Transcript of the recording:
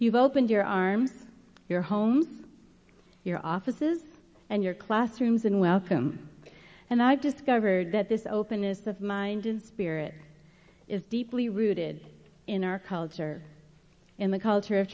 you've opened your arm your homes your offices and your classrooms and welcome and i've discovered that this openness of mind and spirit is deeply rooted in our culture in the culture of